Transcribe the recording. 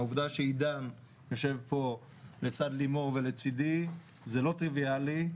העובדה שעידן יושב פה לצד לימור ולצידי זה לא טריוויאלי.